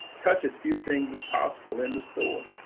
touch as few things as possible in the store.